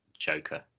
joker